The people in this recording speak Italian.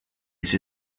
sue